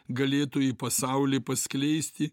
galėtų į pasaulį paskleisti